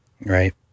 Right